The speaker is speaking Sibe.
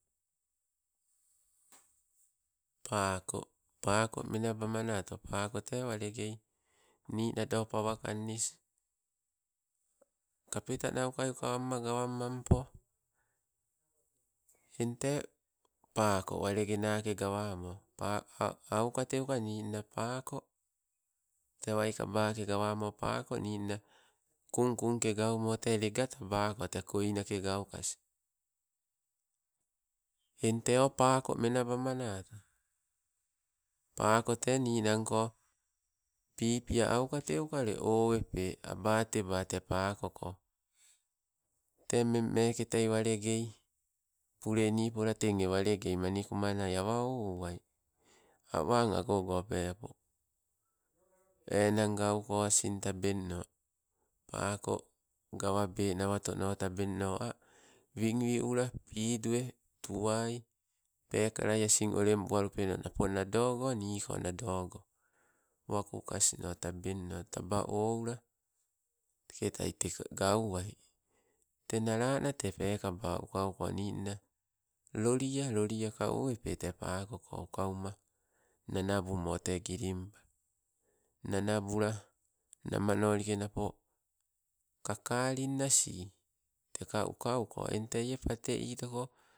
Pako, pako mena bamanato, pako te walegei, nii nado pawa kangniss, kapetanauka uka wamma gawammapo, eng tee pako walegenake gawamo. Pako auka teuka ninna pako, te waikaboke gawamo pako ninna, kungkung ke gaumo te lega tabako te koinake gankas. Eng teo pako menabamanato, pako te ninnanko, pipia auka teuka ule owepe, abateba te pakoko. Tee mmen meke tei walegei pule nipola teng eh manikumanai awa ouwai, awang agogo pepo, enang gauko asin tabeng no pako, gawabe nawato tabeng no ah wingwiulo pidue, tuwai pekala asin olembuwalupeno, napo nadogo niiko, nadogo. Wakukas no tabeng no, taba oula. Teke tai tegauwai, te nalana te pekaba uka uko ninna, lolia, loliaka owepe te pakoko uka uma nanabumo te gilimpala nanabula namanolike napo kakalin na sii teka uka uko eng tei eh pate itoko.